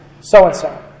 so-and-so